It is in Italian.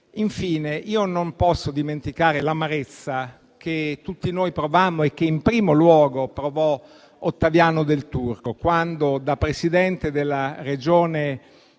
Infine, non posso dimenticare l'amarezza che tutti noi provammo, e che in primo luogo provò Ottaviano Del Turco, quando, da Presidente della Regione